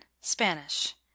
Spanish